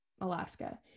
alaska